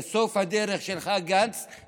זה סוף הדרך שלך,